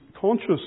conscious